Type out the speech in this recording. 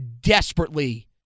desperately